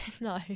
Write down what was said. No